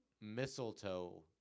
mistletoe